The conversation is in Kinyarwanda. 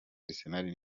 arsenal